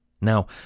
Now